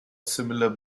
similar